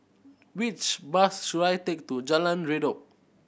which bus should I take to Jalan Redop